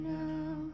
now